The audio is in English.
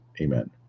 Amen